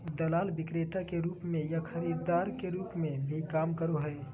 दलाल विक्रेता के रूप में या खरीदार के रूप में भी काम करो हइ